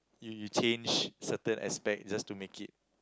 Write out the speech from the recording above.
you you change certain aspect just to make it